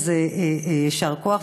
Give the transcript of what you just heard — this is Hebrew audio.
אז יישר כוח.